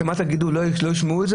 תגידו שלא ישמעו,